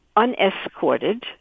unescorted